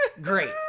Great